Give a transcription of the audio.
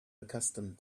accustomed